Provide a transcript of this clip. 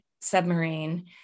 submarine